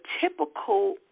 typical